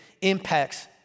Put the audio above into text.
impacts